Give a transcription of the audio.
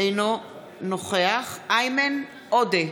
אינו נוכח איימן עודה,